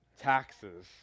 taxes